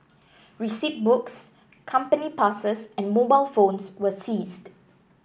receipt books company passes and mobile phones were seized